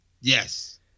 Yes